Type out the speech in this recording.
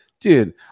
dude